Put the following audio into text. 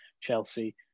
Chelsea